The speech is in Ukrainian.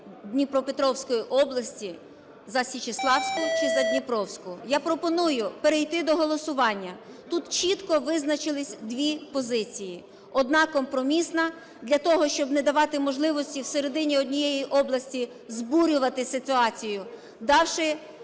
Дніпропетровської області: за Січеславську чи за Дніпровську. Я пропоную перейти до голосування. Тут чітко визначилися дві позиції: одна – компромісна, для того щоб не давати можливості в середині однієї області збурювати ситуацію, давши